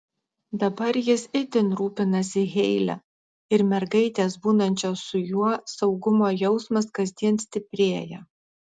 dabar jis itin rūpinasi heile ir mergaitės būnančios su juo saugumo jausmas kasdien stiprėja